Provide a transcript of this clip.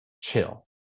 chill